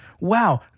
Wow